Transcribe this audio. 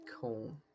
Cool